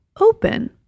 open